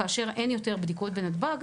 כאשר אין יותר בדיקות בנתב"ג,